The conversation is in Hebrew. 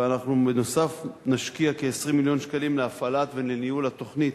ואנחנו בנוסף נשקיע כ-20 מיליון שקלים להפעלת ולניהול התוכנית